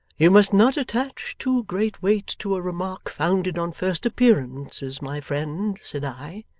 you must not attach too great weight to a remark founded on first appearances, my friend said i.